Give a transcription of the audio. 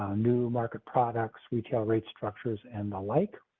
new market products, retail rates structures and the, like.